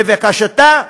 לבקשתה,